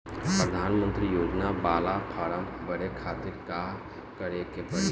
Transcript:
प्रधानमंत्री योजना बाला फर्म बड़े खाति का का करे के पड़ी?